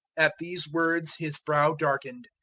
at these words his brow darkened,